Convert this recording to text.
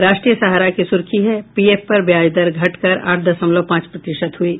राष्ट्रीय सहारा की सुर्खी है पीएफ पर ब्याज दर घटकर आठ दशमलव पांच प्रतिशत हुयी